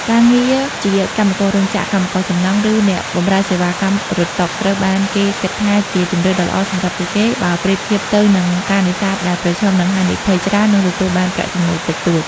ការងារជាកម្មកររោងចក្រ កម្មករសំណង់ ឬអ្នកបម្រើសេវាកម្មរត់តុ ត្រូវបានគេគិតថាជាជម្រើសដ៏ល្អសម្រាប់ពួកគេ បើប្រៀបធៀបទៅនឹងការនេសាទដែលប្រឈមនឹងហានិភ័យច្រើន និងទទួលបានប្រាក់ចំណូលតិចតួច។